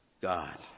God